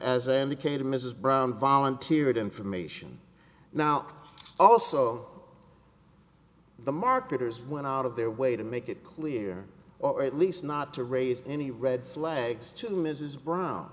as i indicated mrs brown volunteered information now also the marketers went out of their way to make it clear or at least not to raise any red flags to mrs brown